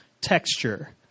texture